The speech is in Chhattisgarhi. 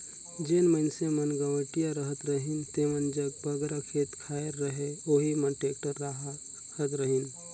जेन मइनसे मन गवटिया रहत रहिन जेमन जग बगरा खेत खाएर रहें ओही मन टेक्टर राखत रहिन